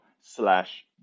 slash